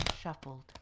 shuffled